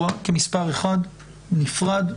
כמספר 1, בנפרד.